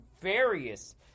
various